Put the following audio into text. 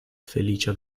feliĉa